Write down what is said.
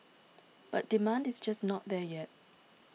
but demand is just not there yet